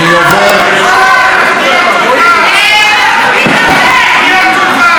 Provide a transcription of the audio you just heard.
אני עובר, אתה לא יודע מה יוצא מהפה שלך.